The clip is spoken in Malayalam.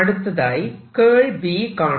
അടുത്തതായി B കാണാം